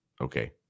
okay